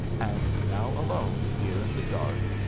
and now alone here in the dark,